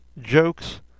jokes